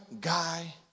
guy